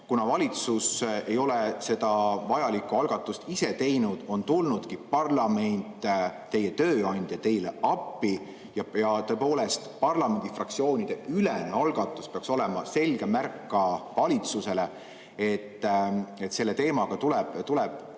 Kuna valitsus ei ole seda vajalikku algatust ise teinud, ongi tulnud parlament, teie tööandja, teile appi. Tõepoolest, parlamendifraktsioonide ülene algatus peaks olema selge märk ka valitsusele, et selle teemaga tuleb